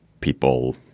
people –